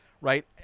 right